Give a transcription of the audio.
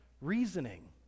reasoning